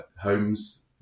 homes